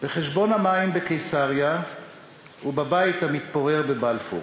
בחשבון המים בקיסריה ובבית המתפורר בבלפור.